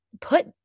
put